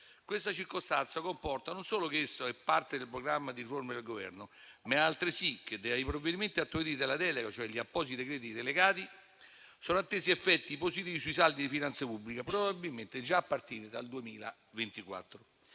Questa circostanza comporta non solo che esso sia parte del programma di riforme del Governo, ma altresì che dai provvedimenti attutivi della delega, cioè gli appositi decreti delegati, siano attesi effetti positivi sui saldi di finanza pubblica probabilmente già a partire dal 2024.